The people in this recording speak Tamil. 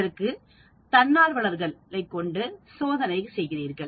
இதற்கு தன்னார்வலர்கள் கொண்டு சோதனை செய்கிறீர்கள்